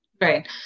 Right